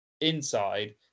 inside